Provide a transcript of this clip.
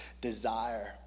desire